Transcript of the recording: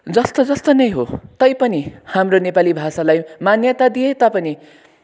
जस्तो जस्तो नै हो तैपनि हाम्रो नेपाली भाषालाई मान्यता दिए तापनि